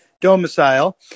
domicile